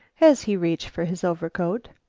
as he reached for his overcoat.